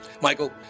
Michael